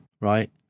right